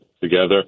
together